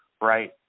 right